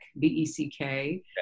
B-E-C-K